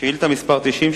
שאילתא מס' 90,